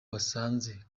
basanze